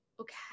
okay